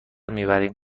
میبریم